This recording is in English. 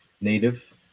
native